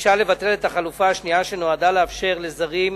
וביקשה לבטל את החלופה השנייה שנועדה לאפשר לזרים